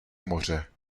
moře